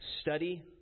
study